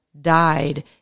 died